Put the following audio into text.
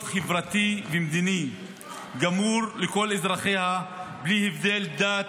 חברתי ומדיני גמור לכל אזרחיה בלי הבדל דת,